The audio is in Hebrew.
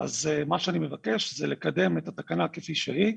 אז מה שאני מבקש זה לקדם את התקנה כפי שהיא.